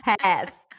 paths